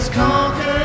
conquered